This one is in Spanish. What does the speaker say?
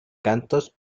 cantos